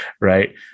Right